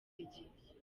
gihe